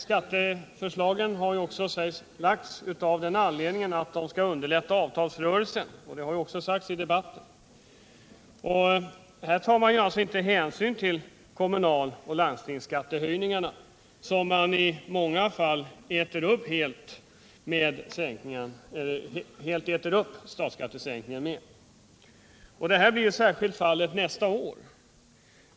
Skatteförslagen har kommit till också av den anledningen att de skulle underlätta avtalsrörelsen, vilket framhållits i debatten. Men man tar ju inte hänsyn till höjningarna av kommunaloch landstingsskatterna som i många fall helt äter upp sänkningen av statsskatten. Det blir särskilt fallet nästa år.